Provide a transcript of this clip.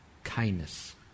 kindness